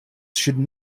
should